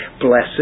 Blessed